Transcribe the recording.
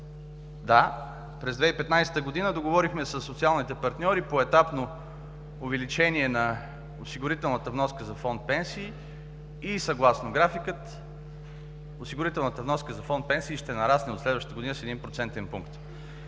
Да, през 2015 г. договорихме със социалните партньори поетапно увеличение на осигурителната вноска за фонд „Пенсии“ и съгласно графика осигурителната вноска за фонд „Пенсии“ ще нарасне от следващата година с един